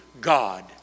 God